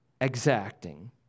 exacting